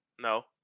No